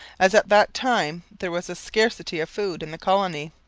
as at that time there was a scarcity of food in the colony.